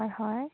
হয় হয়